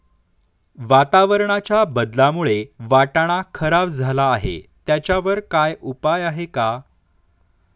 वातावरणाच्या बदलामुळे वाटाणा खराब झाला आहे त्याच्यावर काय उपाय आहे का?